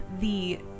the-